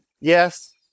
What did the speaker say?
Yes